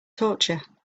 torture